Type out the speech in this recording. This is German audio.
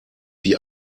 wie